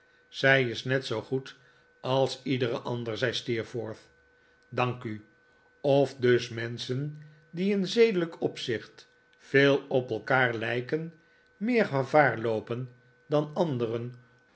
zij is net zoo goed als iedere andere zei steerforth dank u of dus menschen die in zedelijk opzicht veel op elkaar lijken meer gevaar loopen dan anderen